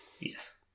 yes